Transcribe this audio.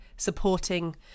supporting